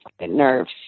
nerves